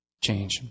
change